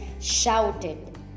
shouted